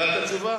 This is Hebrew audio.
קיבלת תשובה?